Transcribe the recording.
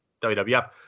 WWF